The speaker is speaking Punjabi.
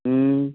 ਹੂੰ